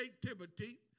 creativity